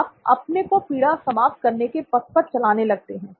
आप अपने को पीड़ा समाप्त करने के पथ पर चलाने लगते हैं